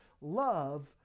Love